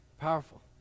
Powerful